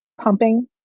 pumping